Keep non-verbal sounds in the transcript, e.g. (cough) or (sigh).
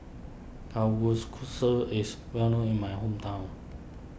(unintelligible) is well known in my hometown